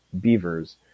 Beavers